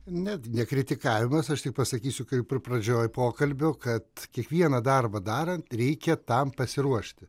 ne tai ne kritikavimas aš tik pasakysiu kaip ir pradžioj pokalbio kad kiekvieną darbą darant reikia tam pasiruošti